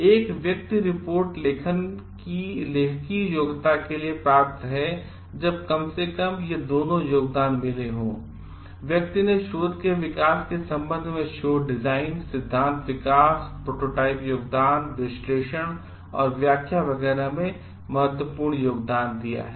एक व्यक्ति रिपोर्ट लेखन की लेखकीय योग्यता के लिए पात्र है जब कम से कम ये दोनों योगदान मिले होंव्यक्ति ने शोध के विकास के संबंध में शोध डिजाइन सिद्धांत विकास प्रोटोटाइप योगदान विश्लेषण और व्याख्या वगैरह में महत्वपूर्ण योगदान दिया है